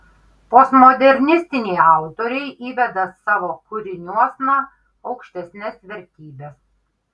postmodernistiniai autoriai įveda savo kūriniuosna aukštesnes vertybes